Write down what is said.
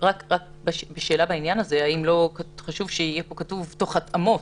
רק שאלה בעניין הזה האם לא חשוב שיהיה פה כתוב "תוך התאמות",